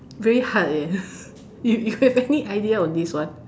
very hard leh you have any idea on this one